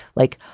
like,